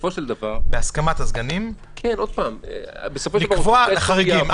בסופו של דבר --- בהסכמת הסגנים לקבוע את החריגים.